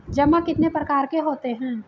जमा कितने प्रकार के होते हैं?